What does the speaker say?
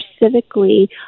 civically